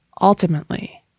ultimately